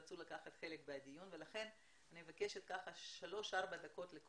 שרצו לקחת חלק בדיון ולכן אני מבקשת שכל אחד ידבר